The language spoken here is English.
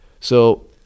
So-